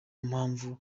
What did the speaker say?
mpamvu